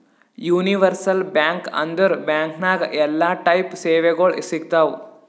universal bank ಅಂದುರ್ bank ನಾಗ್ ಎಲ್ಲಾ ಟೈಪ್ ಸೇವೆಗೊಳ್ ಸಿಗ್ತಾವ್